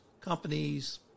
companies